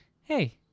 Hey